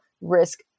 risk